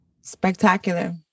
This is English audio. Spectacular